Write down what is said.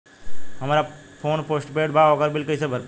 हमार phone postpaid बा ओकर बिल कईसे भर पाएम?